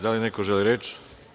Da li neko želi reč?